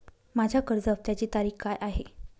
माझ्या कर्ज हफ्त्याची तारीख काय आहे?